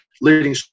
leading